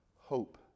hope